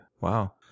wow